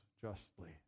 justly